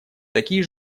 такие